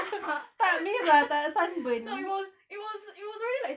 tak no it was it was it was already like